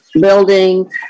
building